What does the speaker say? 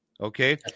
Okay